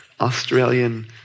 Australian